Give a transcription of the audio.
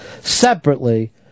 Separately